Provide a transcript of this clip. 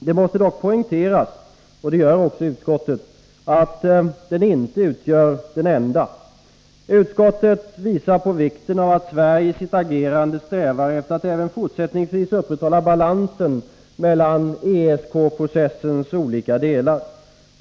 Det måste dock poängteras — och det gör också utskottet — att den inte utgör den enda länken. Utskottet understryker vikten av att Sverige i sitt agerande strävar efter att även fortsättningsvis upprätthålla balansen mellan ESK processens olika delar.